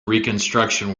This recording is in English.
reconstruction